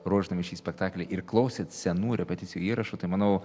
ruošdami šį spektaklį ir klausėt senų repeticijų įrašų tai manau